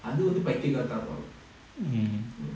அதுவந்து பைத்தியகார தனோ:athuvanthu paithiyakaara thano lah